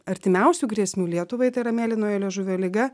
artimiausių grėsmių lietuvai tai yra mėlynojo liežuvio liga